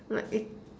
like it